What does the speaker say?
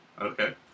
Okay